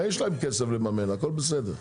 יש להם כסף לממן, הכל בסדר.